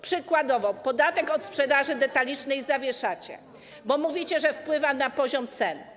Przykładowo podatek od sprzedaży detalicznej zawieszacie, bo mówicie, że wpływa na poziom cen.